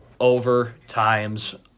overtimes